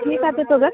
ঠিক আছে তবে